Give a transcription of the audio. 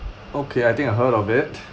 okay I think I heard of it